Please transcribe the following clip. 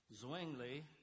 Zwingli